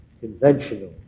conventional